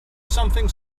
something